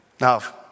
Now